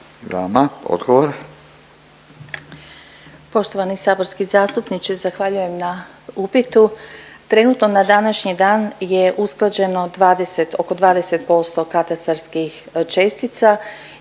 Fadila** Poštovani saborski zastupniče zahvaljujem na upitu. Trenutno na današnji dan je usklađeno 20 oko 20% katastarskih čestica